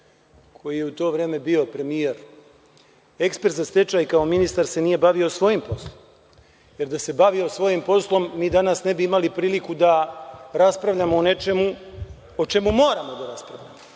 koji je u to vreme bio premijer, ekspert za stečaj kao ministar se nije bavio svojim poslom, jer da se bavio svojim poslom, mi danas ne bi imali priliku da raspravljamo o nečemu o čemu moramo da raspravljamo. Raspravljamo